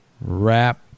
wrap